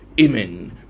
Amen